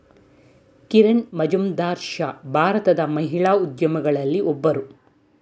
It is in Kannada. ಕಿರಣ್ ಮಜುಂದಾರ್ ಶಾ ಭಾರತದ ಮಹಿಳಾ ಉದ್ಯಮಿಗಳಲ್ಲಿ ಒಬ್ಬರು